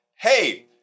Hey